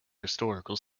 historical